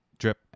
drip